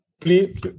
Please